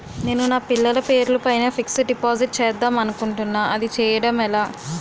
నేను నా పిల్లల పేరు పైన ఫిక్సడ్ డిపాజిట్ చేద్దాం అనుకుంటున్నా అది చేయడం ఎలా?